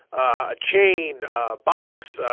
a chain ah box,